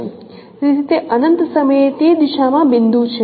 તેથી તે અનંત સમયે તે દિશામાં બિંદુ છે